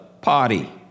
party